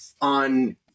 on